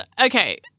okay